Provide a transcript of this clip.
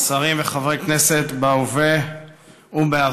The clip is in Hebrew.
שרים וחברי כנסת בהווה ובעבר,